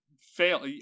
fail